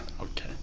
Okay